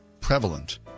prevalent